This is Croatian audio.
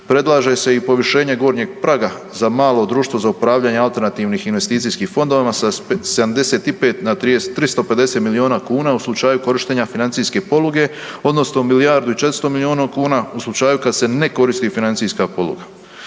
Predlaže se i povišenje gornjeg praga za malo društvo za upravljanje alternativnim investicijskim fondovima sa 75 na 350 milijuna kuna u slučaju korištenja financijske poluge odnosno milijardu i 400 milijuna kuna u slučaju kada se ne koristi financijska poluga.